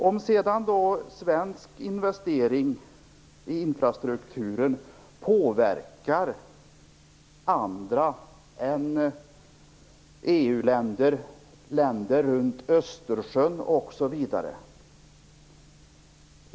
Påverkar svenska investeringar i infrastrukturen andra än EU-länder, länder runt Östersjön osv.?